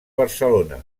barcelona